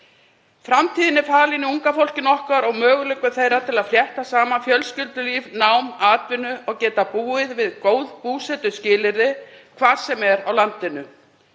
Framtíðin er falin í unga fólkinu okkar og möguleikum þeirra til að flétta saman fjölskyldulíf, nám og atvinnu og búa við góð búsetuskilyrði hvar sem það býr í landinu.